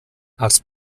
als